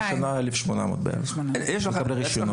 השנה בערך 1,800 מקבלי רישיונות.